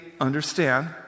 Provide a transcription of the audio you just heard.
understand